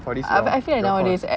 for this course